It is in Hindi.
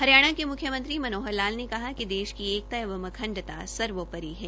हरियाणा के म्ख्यमंत्री मनोहर लाल ने कहा कि देश की एकता एवं अखंडता सर्वोपरि है